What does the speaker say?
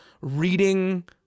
reading